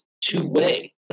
two-way